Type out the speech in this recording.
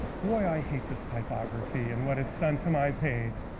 boy i hate this typography, and what it's done to my page.